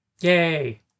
Yay